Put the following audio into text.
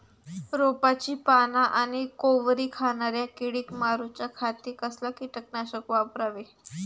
रोपाची पाना आनी कोवरी खाणाऱ्या किडीक मारूच्या खाती कसला किटकनाशक वापरावे?